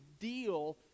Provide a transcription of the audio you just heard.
deal